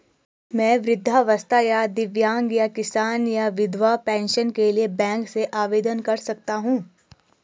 मैं वृद्धावस्था या दिव्यांग या किसान या विधवा पेंशन के लिए बैंक से आवेदन कर सकता हूँ?